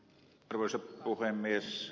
arvoisa puhemies